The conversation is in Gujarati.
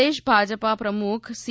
પ્રદેશ ભાજપ પ્રમુખ સી